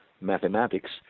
mathematics